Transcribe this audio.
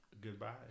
Goodbye